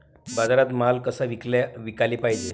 बाजारात माल कसा विकाले पायजे?